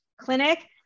clinic